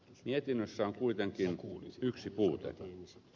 mietinnössä on kuitenkin yksi puute